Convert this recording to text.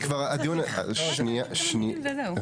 כמה מילים וזהו.